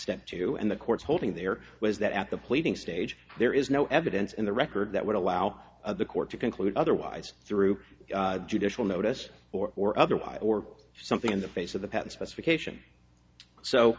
step two and the court's holding there was that at the pleading stage there is no evidence in the record that would allow the court to conclude otherwise through judicial notice or otherwise or something in the face of the patent specification so